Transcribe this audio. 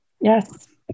Yes